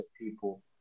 people